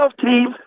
team